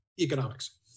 economics